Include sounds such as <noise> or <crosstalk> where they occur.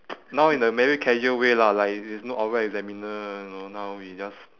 <noise> now in a very casual way lah like there is no oral examiner you know now we just